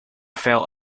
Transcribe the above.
felt